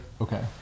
Okay